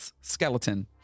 Skeleton